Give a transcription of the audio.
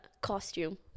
costume